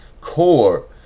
core